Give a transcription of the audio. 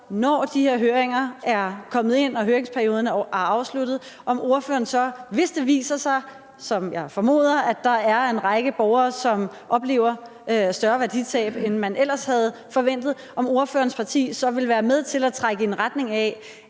når de her høringer er kommet ind og høringsperioden er afsluttet, og hvis det så viser sig, som jeg formoder, at der er en række borgere, som oplever større værditab, end man ellers havde forventet, så vil være med til at trække det i en retning af,